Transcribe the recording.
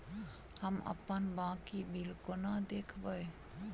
हम अप्पन बाकी बिल कोना देखबै?